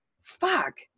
Fuck